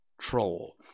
troll